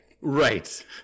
Right